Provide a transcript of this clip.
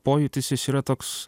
pojūtis jis yra toks